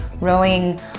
rowing